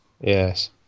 yes